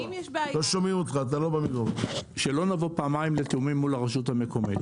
שלא נבוא פעמיים מול הרשות המקומית.